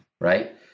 right